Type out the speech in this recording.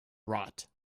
rot